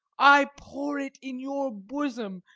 i pour it in your bosom,